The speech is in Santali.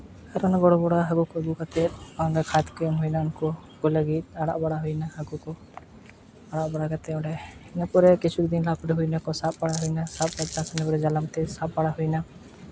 ᱟᱨ ᱩᱱᱟᱹᱜ ᱵᱚᱲᱚᱼᱵᱚᱲᱚ ᱦᱟᱹᱠᱩ ᱠᱚ ᱟᱹᱜᱩ ᱠᱟᱛᱮᱫ ᱚᱱᱟ ᱠᱷᱟᱫᱽ ᱠᱚ ᱮᱢ ᱦᱩᱭᱱᱟ ᱩᱱᱠᱩ ᱩᱱᱠᱩ ᱠᱚ ᱞᱟᱹᱜᱤᱫ ᱟᱲᱟᱜ ᱵᱟᱲᱟ ᱦᱩᱭᱱᱟ ᱦᱟᱹᱠᱩ ᱟᱲᱟᱜ ᱵᱟᱲᱟ ᱠᱟᱛᱮᱫ ᱤᱱᱟᱹ ᱯᱚᱨᱮ ᱠᱤᱪᱷᱩ ᱫᱤᱱ ᱦᱩᱭᱱᱟ ᱠᱚ ᱥᱟᱵ ᱵᱟᱲᱟ ᱦᱩᱭᱱᱟ ᱥᱟᱵ ᱡᱟᱞᱟᱢᱛᱮ ᱥᱟᱵ ᱵᱟᱲᱟ ᱦᱩᱭᱱᱟ